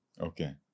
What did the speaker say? Okay